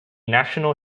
national